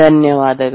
ಧನ್ಯವಾದಗಳು